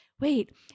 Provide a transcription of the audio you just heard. wait